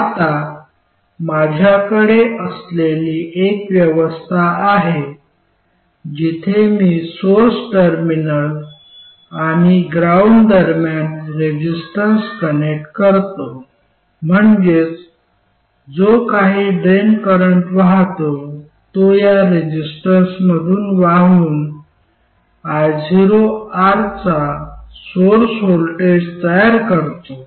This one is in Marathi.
आता माझ्याकडे असलेली एक व्यवस्था आहे जिथे मी सोर्स टर्मिनल आणि ग्राउंड दरम्यान रेसिस्टन्स कनेक्ट करतो म्हणजेच जो काही ड्रेन करंट वाहतो तो या रेझिस्टरमधून वाहून ioR चा सोर्स व्होल्टेज तयार करतो